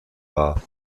wahr